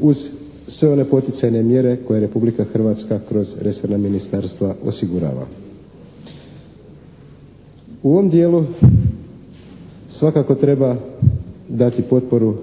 uz sve one poticajne mjere koje Republika Hrvatska kroz resorna ministarstva osigurava. U ovom dijelu svakako treba dati potporu